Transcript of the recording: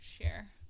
share